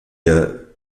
der